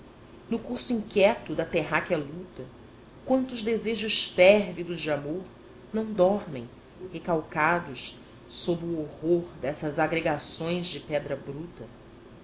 no curso inquieto da terráquea luta quantos desejos férvidos de amor não dormem recalcados sob o horror dessas agregações de pedra bruta